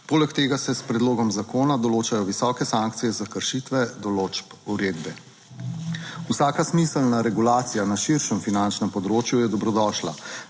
Poleg tega se s predlogom zakona določajo visoke sankcije za kršitve določb uredbe. Vsaka smiselna regulacija na širšem finančnem področju je dobrodošla.